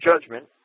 judgment